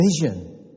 vision